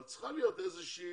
אבל צריכה להיות איזושהי